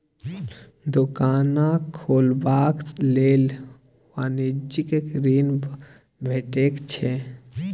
दोकान खोलबाक लेल वाणिज्यिक ऋण भेटैत छै